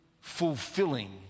fulfilling